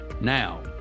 Now